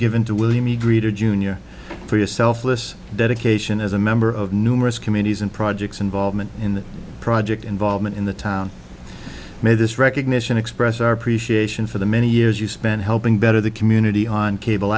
given to william e greeter jr for yourself lists dedication as a member of numerous committees and projects involvement in the project involvement in the town made this recognition express our appreciation for the many years you spent helping better the community on cable